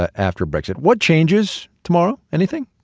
ah after brexit. what changes tomorrow? anything?